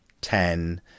ten